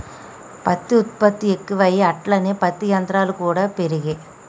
పత్తి ఉత్పత్తి ఎక్కువాయె అట్లనే పత్తి యంత్రాలు కూడా పెరిగే